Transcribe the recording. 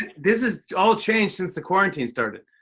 this has all changed since the quarantine started.